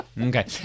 Okay